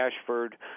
Ashford